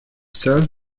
serve